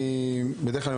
בדרך כלל,